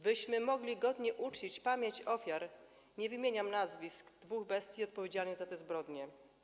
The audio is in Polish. Byśmy mogli godnie uczcić pamięć ofiar, nie wymieniam nazwisk dwóch bestii odpowiedzialnych za tę zbrodnię.